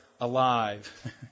alive